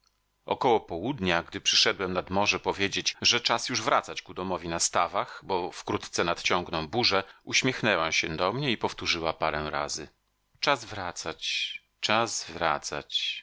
około południa gdy przyszedłem nad morze powiedzieć że czas już wracać ku domowi na stawach bo wkrótce nadciągną burze uśmiechnęła się do mnie i powtórzyła parę razy czas wracać czas wracać